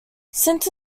since